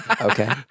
Okay